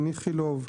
איכילוב,